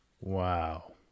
wow